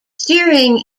steering